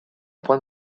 point